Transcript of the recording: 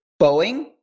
Boeing